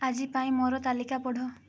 ଆଜି ପାଇଁ ମୋର ତାଲିକା ପଢ଼